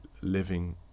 living